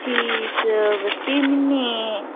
fees बच्चे म्हीने